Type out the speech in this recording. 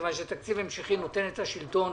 מכיוון שתקציב המשכי נותן את השלטון